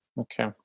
okay